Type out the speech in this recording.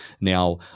Now